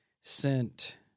sent